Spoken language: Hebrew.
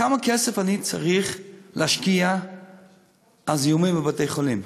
כמה כסף אני צריך להשקיע על זיהומים בבתי-חולים?